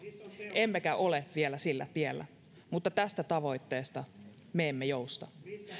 emmekä ole vielä sillä tiellä mutta tästä tavoitteesta me emme jousta